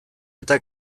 eta